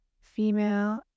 female